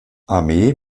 armee